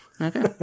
Okay